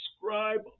subscribe